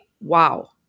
wow